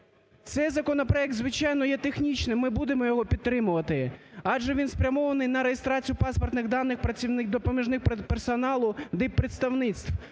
Цей законопроект, звичайно, є технічний. Ми будемо його підтримувати, адже він спрямований на реєстрацію паспортних даних працівників допоміжних персоналу диппредставництв.